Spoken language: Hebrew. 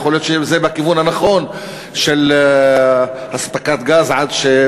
יכול להיות שזה בכיוון הנכון של אספקת גז עד,